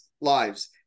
lives